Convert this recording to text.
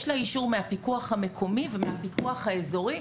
לה אישור מהפיקוח המקומי ומהפיקוח האזורי.